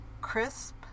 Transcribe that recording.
crisp